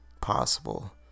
possible